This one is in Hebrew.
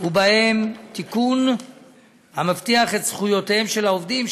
ובהם תיקון המבטיח את זכויותיהם של העובדים,